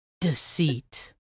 Deceit